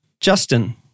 Justin